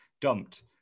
dumped